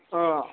অঁ